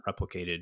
replicated